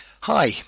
Hi